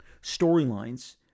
storylines